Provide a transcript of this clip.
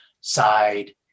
side